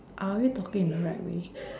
are we talking in the right way